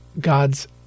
God's